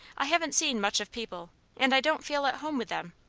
i haven't seen much of people, and i don't feel at home with them.